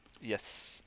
Yes